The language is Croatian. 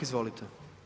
Izvolite.